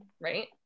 right